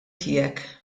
tiegħek